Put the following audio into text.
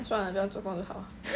算 lah 不要做工就好